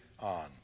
on